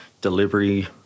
delivery